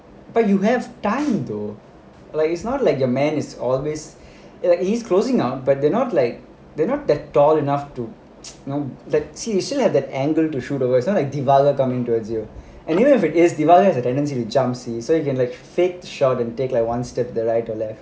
but you have time though like he's not like your man is always is closing up but they are not like they are not that tall enough to know that he should have that angle to shoot over is not like divaagar coming towards you and even if it is divaagar has the tendency to jump see so you can like fake shot and take like one step to the right or left